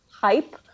hype